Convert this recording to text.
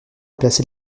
placé